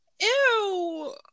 Ew